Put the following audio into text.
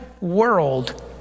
world